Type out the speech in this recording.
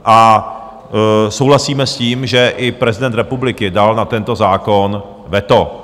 A souhlasíme s tím, že i prezident republiky dal na tento zákon veto.